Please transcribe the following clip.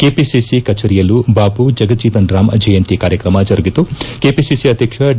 KPCC ಕಚೇರಿಯಲ್ಲೂ ಬಾಬು ಜಗಜೀವನ್ ರಾಮ್ ಜಯಂತಿ ಕಾರ್ಯಕ್ರಮ ಜರುಗಿತು ಕೆಪಿಸಿಸಿ ಅಧ್ಯಕ್ಷ ಡಿ